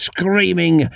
Screaming